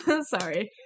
sorry